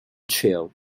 trio